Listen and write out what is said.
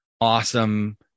awesome